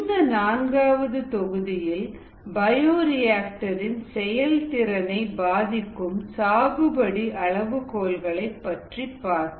இந்த நான்காவது தொகுதியில் பயோரிஆக்டர் இன் செயல்திறனை பாதிக்கும் சாகுபடி அளவுகோல்களை பற்றி பார்ப்போம்